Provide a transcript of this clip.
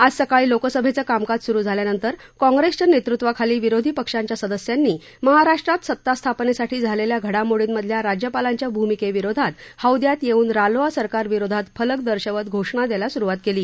आज सकाळी लोकसभेचं कामकाज सुरु झाल्यानंतर काँग्रेसच्या नेतृत्वाखाली विरोधी पक्षांच्या सदस्यांनी महाराष्ट्रात सत्तास्थापनेसाठी झालेल्या घडामोडींमधल्या राज्यपालांच्या भूमिके विरोधात हौद्यात येऊन रालोआ सरकार विरोधात फलक दर्शवत घोषणा द्यायला सुरुवात केली